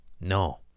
No